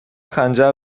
خنجر